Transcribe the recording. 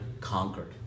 conquered